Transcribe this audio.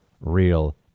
real